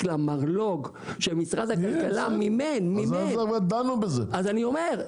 למרלו"ג שמשרד הכלכלה מימן --- אבל דנו בזה כבר.